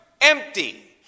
empty